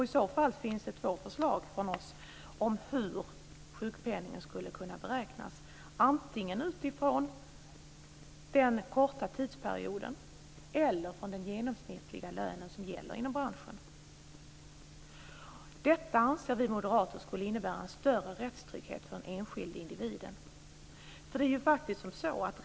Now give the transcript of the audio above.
I så fall finns det två förslag från oss om hur sjukpenningen skulle kunna beräknas antingen utifrån den korta arbetsperioden eller utifrån den genomsnittliga lön som gäller inom branschen. Detta anser vi moderater skulle innebära en större rättstrygghet för den enskilde individen.